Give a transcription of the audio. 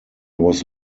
was